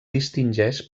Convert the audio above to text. distingeix